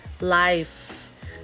life